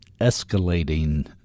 escalating